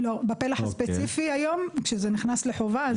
בפלח הספציפי היום, כשזה נכנס לחובה, אז לא.